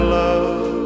love